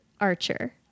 Archer